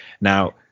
Now